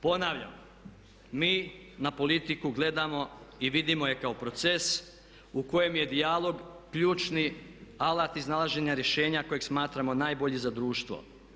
Ponavljam, mi na politiku gledamo i vidimo je kao proces u kojem je dijalog ključni alat iznalaženja rješenja kojeg smatramo najbolji za društvo.